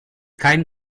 kein